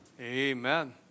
Amen